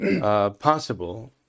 possible